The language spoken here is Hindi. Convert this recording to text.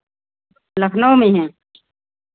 लखनऊ में है